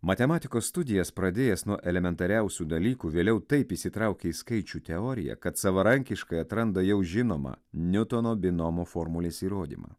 matematikos studijas pradėjęs nuo elementariausių dalykų vėliau taip įsitraukė į skaičių teoriją kad savarankiškai atranda jau žinoma niutono binomo formulės įrodymą